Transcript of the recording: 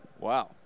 Wow